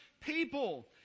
people